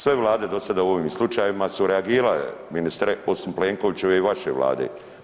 Sve vlade u ovim slučajevima su reagirale ministre osim Plenkovićeve i vaše Vlade.